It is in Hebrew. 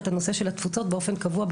את הנושא של התפוצות באופן קבוע,